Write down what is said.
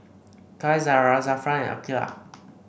Qaisara Zafran and Aqilah